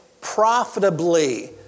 profitably